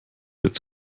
jetzt